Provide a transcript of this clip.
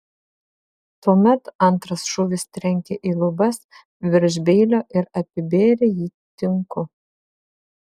tuomet antras šūvis trenkė į lubas virš beilio ir apibėrė jį tinku